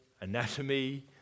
anatomy